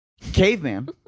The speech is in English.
Caveman